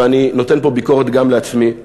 ואני נותן פה ביקורת גם לעצמי,